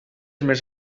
més